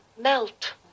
melt